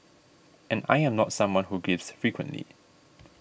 and I am not someone who gives frequently